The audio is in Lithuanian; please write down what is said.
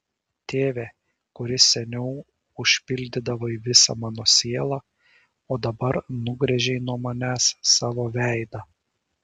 tėve kuris seniau užpildydavai visą mano sielą o dabar nugręžei nuo manęs savo veidą